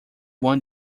won